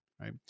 Right